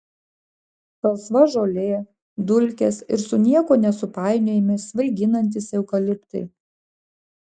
salsva žolė dulkės ir su niekuo nesupainiojami svaiginantys eukaliptai